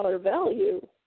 value